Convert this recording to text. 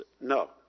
No